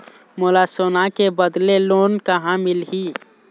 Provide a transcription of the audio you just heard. मोला सोना के बदले लोन कहां मिलही?